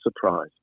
surprise